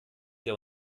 der